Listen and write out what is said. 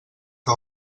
que